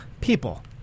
people